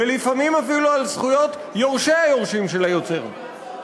ולפעמים אפילו על זכויות יורשי היורשים של היוצר.